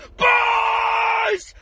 boys